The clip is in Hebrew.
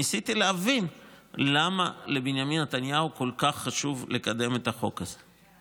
ניסיתי להבין למה לבנימין נתניהו כל כך חשוב לקדם את החוק הזה.